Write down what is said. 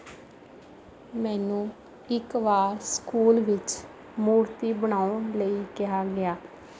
ਮੈਨੂੰ ਇੱਕ ਵਾਰ ਸਕੂਲ ਵਿੱਚ ਮੂਰਤੀ ਬਣਾਉਣ ਲਈ ਕਿਹਾ ਗਿਆ